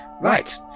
Right